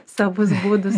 savus būdus